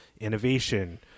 innovation